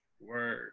Word